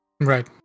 right